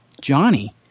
Johnny